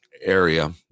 area